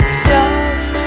stars